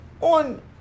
on –